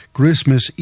Christmas